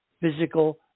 physical